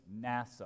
NASA